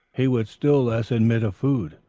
he would still less admit of food,